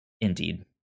Indeed